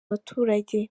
abaturage